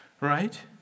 right